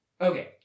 Okay